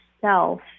self